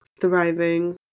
thriving